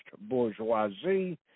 bourgeoisie